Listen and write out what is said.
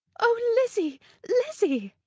oh, lizzy lizzy!